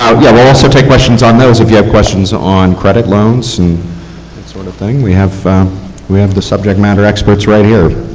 yeah will also take questions on those if you have questions on credit loans and that sort of thing. we have we have subject matter experts right here.